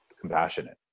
compassionate